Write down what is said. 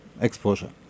exposure